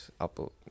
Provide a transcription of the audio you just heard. apple